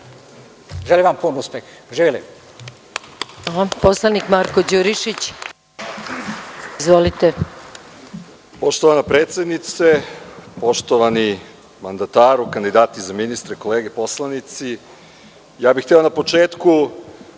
Želim vam pun uspeh. Živeli.